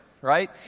right